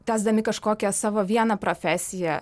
tęsdami kažkokią savo vieną profesiją